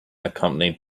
accompanied